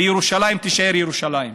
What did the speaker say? וירושלים תישאר ירושלים.